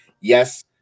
yes